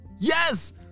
Yes